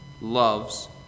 loves